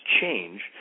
change